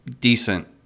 decent